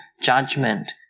judgment